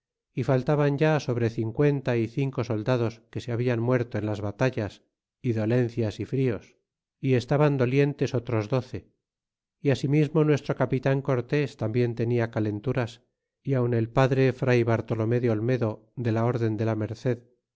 y faltaban ya sobre cincuenta y cinco soldados que se habian muerto en las batallas y dolencias y frios y estaban dolientes otros doce y asimismo nuestro capitan cortés tambien tenia calenturas y aun el padre fray bartolome de olmedo de la orden de la merced